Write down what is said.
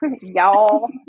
Y'all